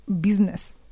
business